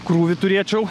krūvį turėčiau